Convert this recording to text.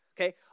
Okay